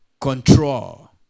control